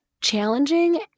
challenging